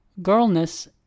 girlness